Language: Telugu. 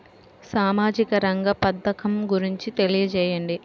సామాజిక రంగ పథకం గురించి తెలియచేయండి?